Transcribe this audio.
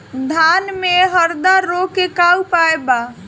धान में हरदा रोग के का उपाय बा?